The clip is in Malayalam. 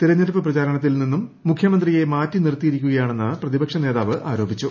തെരഞ്ഞെടുപ്പ് പ്രചാരണത്തിൽ നിന്നും മുഖ്യമന്ത്രിയെ മാറ്റി നിർത്തിയിരിക്കുകയാണെന്ന് പ്രതിപക്ഷ നേതാവ് ആരോപിച്ചു